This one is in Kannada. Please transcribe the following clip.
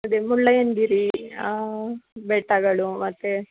ಅದೆ ಮುಳ್ಳಯ್ಯನಗಿರಿ ಬೆಟ್ಟಗಳು ಮತ್ತು